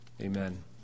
Amen